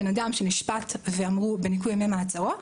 בן אדם שנשפט ואמרו: בניכוי ימי מעצרו,